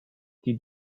die